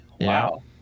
Wow